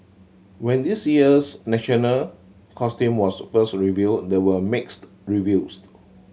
when this year's national costume was first revealed and there were mixed reviews